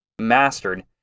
mastered